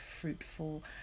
fruitful